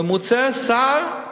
בממוצע שר,